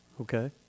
Okay